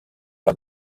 par